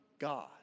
God